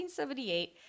1978